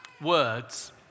words